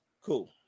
Cool